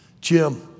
Jim